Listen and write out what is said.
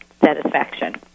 satisfaction